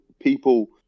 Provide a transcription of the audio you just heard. people